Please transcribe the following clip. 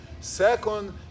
Second